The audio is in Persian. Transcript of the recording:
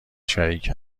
شریک